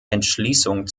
entschließung